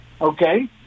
Okay